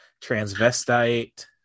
transvestite